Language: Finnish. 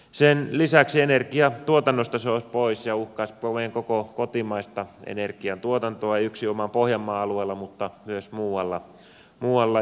sen lisäksi energiantuotannosta se olisi pois ja uhkaisi koko meidän kotimaista energiantuotantoa ei yksinomaan pohjanmaan alueella mutta myös muualla